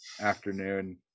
afternoon